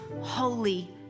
holy